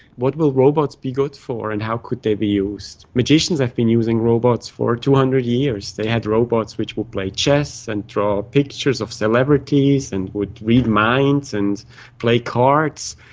what will robots be good for and how could they be used? magicians have been using robots for two hundred years. they had robots which would play chess and draw pictures of celebrities and would read minds and play cards.